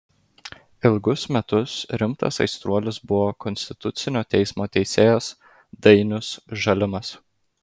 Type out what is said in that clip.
ilgus metus rimtas aistruolis buvo konstitucinio teismo teisėjas dainius žalimas